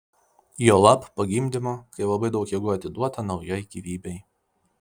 juolab po gimdymo kai labai daug jėgų atiduota naujai gyvybei